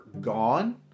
gone